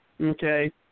Okay